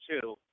two